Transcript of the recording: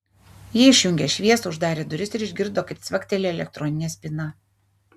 ji išjungė šviesą uždarė duris ir išgirdo kaip cvaktelėjo elektroninė spyna